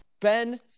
Ben